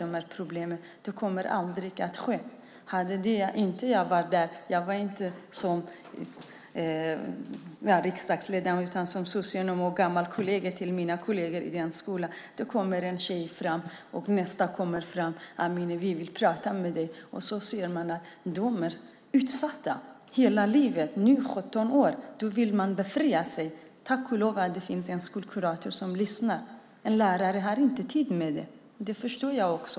Jag var inte där i min egenskap av riksdagsledamot utan som socionom och gammal kollega. Ett par tjejer kom fram och sade: Amineh! Vi vill prata med dig. Det visade sig att de hade varit utsatta hela livet - 17 år. Nu ville de bli befriade. Tack och lov för att det fanns en skolkurator som lyssnar. En lärare har inte tid. Det förstår jag.